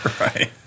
Right